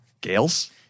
Gales